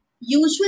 Usually